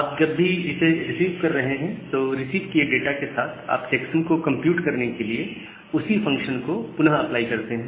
आप जब भी इसे रिसीव कर रहे हैं तो रिसीव किए गए डाटा के साथ आप चेक्सम को कंप्यूट करने के लिए उसी फंक्शन को पुनः अप्लाई करते हैं